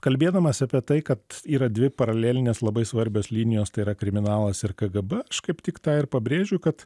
kalbėdamas apie tai kad yra dvi paralelinės labai svarbios linijos tai yra kriminalas ir kgb aš kaip tik tą ir pabrėžiu kad